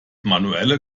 manuelle